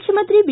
ಮುಖ್ಯಮಂತ್ರಿ ಬಿ